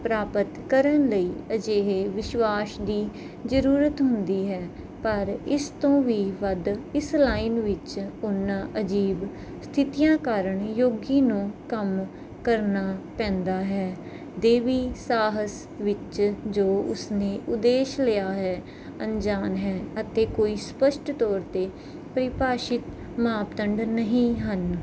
ਪ੍ਰਾਪਤ ਕਰਨ ਲਈ ਅਜਿਹੇ ਵਿਸ਼ਵਾਸ ਦੀ ਜ਼ਰੂਰਤ ਹੁੰਦੀ ਹੈ ਪਰ ਇਸ ਤੋਂ ਵੀ ਵੱਧ ਇਸ ਲਾਈਨ ਵਿੱਚ ਪੁੰਨ ਅਜੀਬ ਸਥਿਤੀਆਂ ਕਾਰਨ ਯੋਗੀ ਨੂੰ ਕੰਮ ਕਰਨਾ ਪੈਂਦਾ ਹੈ ਦੇਵੀ ਸਾਹਸ ਵਿੱਚ ਜੋ ਉਸਨੇ ਉਦੇਸ਼ ਲਿਆ ਹੈ ਅਣਜਾਣ ਹੈ ਅਤੇ ਕੋਈ ਸਪੱਸ਼ਟ ਤੌਰ 'ਤੇ ਪਰਿਭਾਸ਼ਿਤ ਮਾਪਦੰਡ ਨਹੀਂ ਹਨ